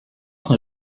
sont